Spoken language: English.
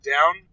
Down